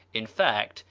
in fact,